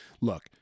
look